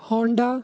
Honda